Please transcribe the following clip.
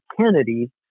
Kennedy